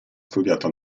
studiato